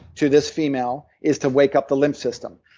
to this female, is to wake up the lymph system.